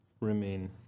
remain